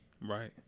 Right